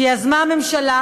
שיזמה הממשלה,